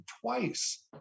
twice